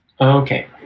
Okay